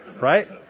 Right